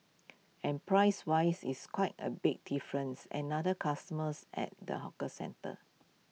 and prices wise it's quite A big difference another customers at the hawker centre